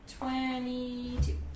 Twenty-two